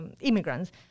immigrants